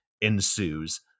ensues